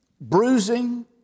bruising